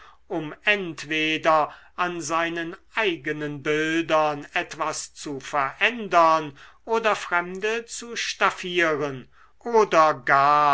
um entweder an seinen eigenen bildern etwas zu verändern oder fremde zu staffieren oder gar